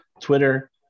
Twitter